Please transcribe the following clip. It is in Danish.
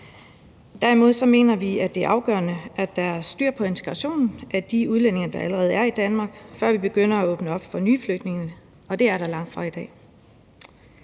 Derimod mener vi, at det er afgørende, at der er styr på integrationen og de udlændinge, der allerede er i Danmark, før vi begynder at åbne op for nye flygtninge – og det er der langt fra i dag.